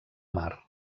mar